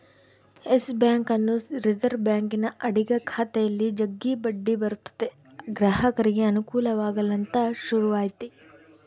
Yes ಬ್ಯಾಂಕನ್ನು reserve ಬ್ಯಾಂಕಿನ ಅಡಿಗ ಖಾತೆಯಲ್ಲಿ ಜಗ್ಗಿ ಬಡ್ಡಿ ಬರುತತೆ ಗ್ರಾಹಕರಿಗೆ ಅನುಕೂಲವಾಗಲಂತ ಶುರುವಾತಿ